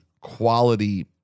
quality